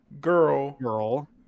Girl